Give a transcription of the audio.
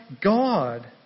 God